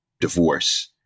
divorce